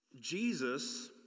Jesus